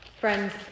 Friends